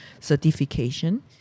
certification